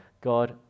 God